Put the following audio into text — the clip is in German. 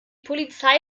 polizei